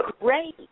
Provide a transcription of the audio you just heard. great